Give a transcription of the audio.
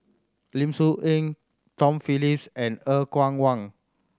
Lim Soo Ngee Tom Phillips and Er Kwong Wah